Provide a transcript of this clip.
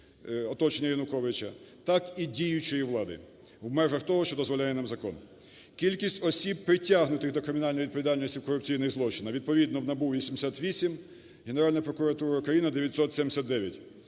оточення Януковича), так і діючої влади. В межах того, що дозволяє нам закон. Кількість осіб, притягнутих до кримінальної відповідальності в корупційних злочинах, відповідно, в НАБУ – 88, Генеральна прокуратура України – 979.